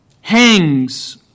hangs